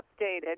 updated